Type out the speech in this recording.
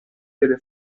delle